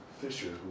Fisher